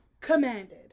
Commanded